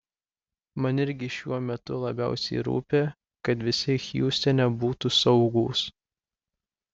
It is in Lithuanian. man irgi šiuo metu labiausiai rūpi kad visi hjustone būtų saugūs